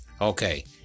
Okay